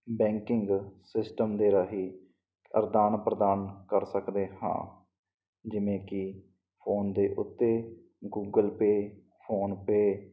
banking system ਦੇ ਰਾਹੀਂ ਅਦਾਨ ਪ੍ਰਦਾਨ ਕਰ ਸਕਦੇ ਹਾਂ ਜਿਵੇਂ ਕਿ ਫੋਨ ਦੇ ਉੱਤੇ ਗੂਗਲ ਪੇ ਫੋਨਪੇ